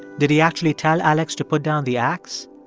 did he actually tell alex to put down the ax,